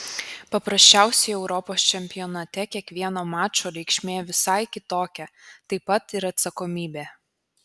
paprasčiausiai europos čempionate kiekvieno mačo reikšmė visai kitokia taip pat ir atsakomybė